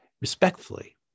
respectfully